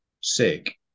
sick